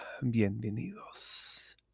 bienvenidos